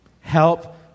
Help